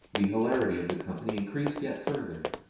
the hilarity of the company increased yet further,